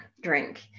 drink